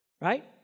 Right